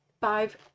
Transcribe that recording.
five